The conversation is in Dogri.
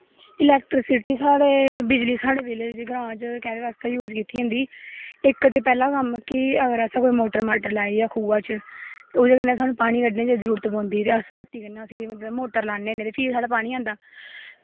इलैक्टरसिटी साढ़े बिजली साढ़े ग्रांऽ बिच्च कैह्दे बास्तै यूस कीती जंदी इक ते पैह्ला कम्म कि अगर असें कोई मोटर माटर लाई दी ऐ खूहा च ओह्दै कन्नै सानूं पानी कड्डने दी जरूरत पौंदी ते अस बत्ती कन्नै उस्सी मतलब मोटर लान्ने ते फ्ही साढ़ा पानी आंदा